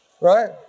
Right